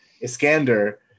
Iskander